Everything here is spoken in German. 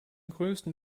größten